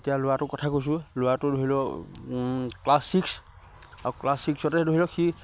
এতিয়া ল'ৰাটো কথা কৈছোঁ ল'ৰাটো ধৰি লওক ক্লাছ ছিক্স আৰু ক্লাছ ছিক্সতে ধৰি লওক সি